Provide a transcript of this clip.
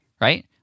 right